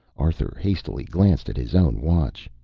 arthur hastily glanced at his own watch.